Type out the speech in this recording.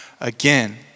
Again